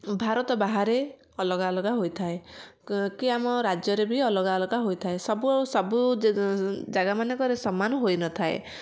ଭାରତ ବାହାରେ ଅଲଗା ଅଲଗା ହୋଇଥାଏ କି ଆମ ରାଜ୍ୟରେ ବି ଅଲଗା ଅଲଗା ହୋଇଥାଏ ସବୁ ସବୁ ଜାଗା ମାନଙ୍କରେ ସମାନ ହୋଇନଥାଏ